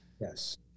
Yes